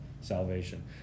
salvation